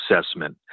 assessment